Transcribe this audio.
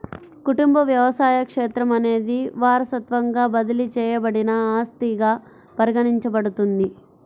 కుటుంబ వ్యవసాయ క్షేత్రం అనేది వారసత్వంగా బదిలీ చేయబడిన ఆస్తిగా పరిగణించబడుతుంది